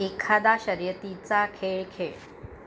एखादा शर्यतीचा खेळ खेळ